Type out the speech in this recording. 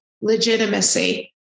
legitimacy